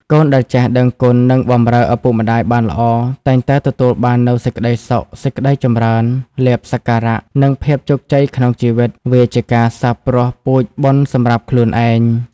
កូនដែលចេះដឹងគុណ និងបម្រើឪពុកម្តាយបានល្អ តែងតែទទួលបាននូវសេចក្តីសុខ សេចក្តីចម្រើន លាភសក្ការៈ និងភាពជោគជ័យក្នុងជីវិត វាជាការសាបព្រោះពូជបុណ្យសម្រាប់ខ្លួនឯង។